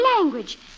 language